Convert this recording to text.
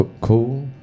cool